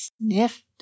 sniffed